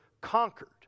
conquered